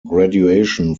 graduation